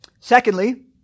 Secondly